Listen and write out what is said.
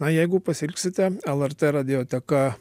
na jeigu pasiilgsite lrt radioteka